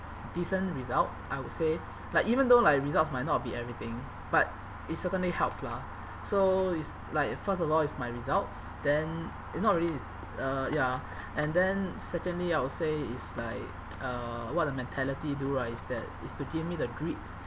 decent results I would say like even though like results might not be everything but it certainly helps lah so it's like first of all it's my results then not really it's uh ya and then secondly I would say it's like uh what the mentality do right is that is to give me the greed